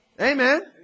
Amen